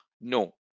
no